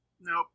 Nope